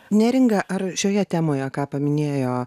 neringa ar šioje temoje ką paminėjo